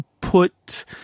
put